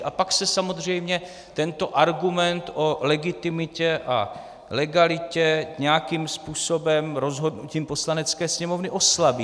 A pak se samozřejmě tento argument o legitimitě a legalitě nějakým způsobem rozhodnutím Poslanecké sněmovny oslabí.